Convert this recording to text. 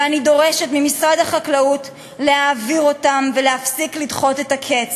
ואני דורשת ממשרד החקלאות להעביר אותן ולהפסיק לדחות את הקץ.